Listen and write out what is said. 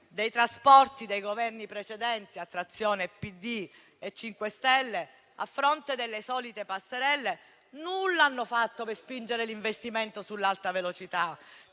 dei trasporti dei Governi precedenti, a trazione PD e 5 Stelle, a fronte delle solite passerelle, nulla hanno fatto per spingere l'investimento sull'alta velocità,